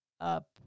up